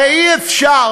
הרי אי-אפשר